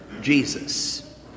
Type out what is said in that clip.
Jesus